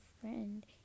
friend